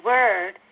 Word